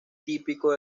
típico